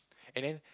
and then